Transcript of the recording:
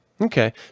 Okay